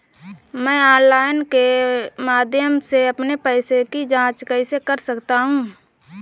मैं ऑनलाइन के माध्यम से अपने पैसे की जाँच कैसे कर सकता हूँ?